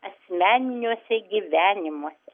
asmeniniuose gyvenimuose